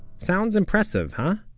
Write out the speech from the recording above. sounds impressive, huh?